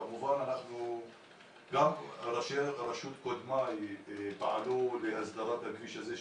כמובן גם קודמיי ברשות פעלו להסדרת הכביש הזה.